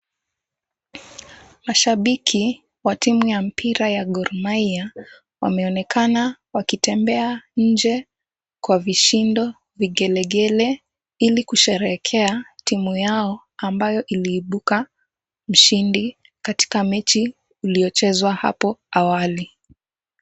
Mashabiki wa timu ya mpira ya Gor Mahia, wameonekana wakitembea nje kwa vishindo, vigelegele, ili kusherehekea timu yao ambayo iliibuka mshindi katika mechi iliyochezwa hapo awali.